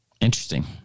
Interesting